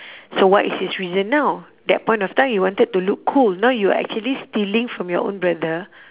so what is his reason now that point of time you wanted to look cool now you actually stealing from your own brother